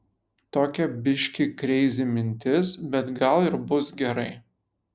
tokia biškį kreizi mintis bet gal ir bus gerai